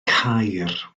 caer